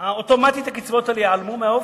ואוטומטית הקצבאות האלה ייעלמו מהאופק.